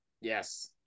yes